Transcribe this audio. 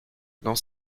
dans